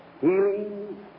Healing